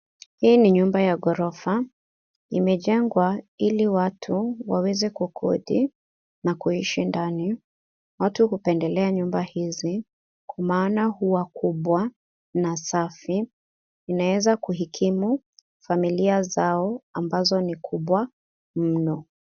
Hii ni nyumba ya ghorofa . Imejengwa ili watu waweze kukodi na kuishi ndani. Watu hupendelea nyumba hizi kwa maana huwa kubwa na safi . Inaweza kukimu familia zao ambazo ni kubwa mno.